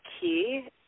key